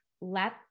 Let